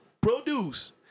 Produce